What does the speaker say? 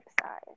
side